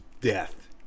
death